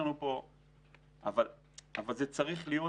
זה צריך להיות,